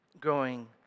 Growing